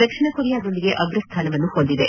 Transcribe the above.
ದಕ್ಷಿಣ ಕೊರಿಯಾದೊಂದಿಗೆ ಅಗ್ರಸ್ಥಾನವನ್ನು ಹೊಂದಿದೆ